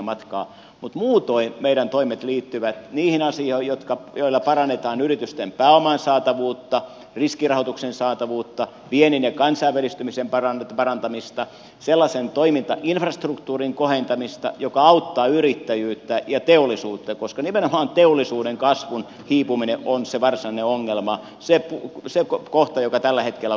mutta muutoin meidän toimemme liittyvät niihin asioihin joilla parannetaan yritysten pääoman saatavuutta riskirahoituksen saatavuutta viennin ja kansainvälistymisen edistymistä sellaisen toimintainfrastruktuurin kohentamista joka auttaa yrittäjyyttä ja teollisuutta koska nimenomaan teollisuuden kasvun hiipuminen on se varsinainen ongelma se kohta joka tällä hetkellä kuristaa